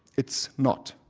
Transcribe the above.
it's not.